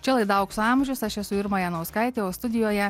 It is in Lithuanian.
čia laida aukso amžius aš esu irma janauskaitė o studijoje